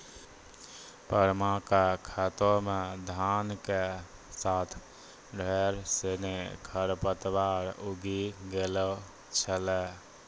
परमा कॅ खेतो मॅ धान के साथॅ ढेर सिनि खर पतवार उगी गेलो छेलै